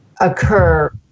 occur